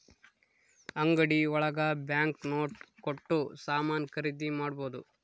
ಅಂಗಡಿ ಒಳಗ bank note ಕೊಟ್ಟು ಸಾಮಾನ್ ಖರೀದಿ ಮಾಡ್ಬೋದು